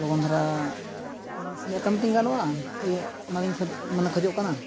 ᱞᱚᱜᱚᱱ ᱫᱷᱟᱨᱟ ᱤᱧᱟᱹᱜ ᱠᱟᱹᱢᱤ ᱛᱤᱧ ᱜᱟᱱᱚᱜ ᱟᱢ ᱤᱭᱟᱹ ᱚᱱᱟᱜᱤᱧ ᱠᱷᱚᱡ ᱢᱟᱱᱮ ᱠᱷᱚᱡᱚᱜ ᱠᱟᱱᱟ